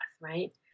right